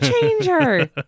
changer